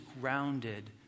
grounded